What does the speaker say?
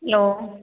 hello